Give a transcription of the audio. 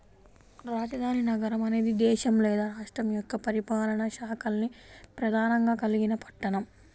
రాజధాని నగరం అనేది దేశం లేదా రాష్ట్రం యొక్క పరిపాలనా శాఖల్ని ప్రధానంగా కలిగిన పట్టణం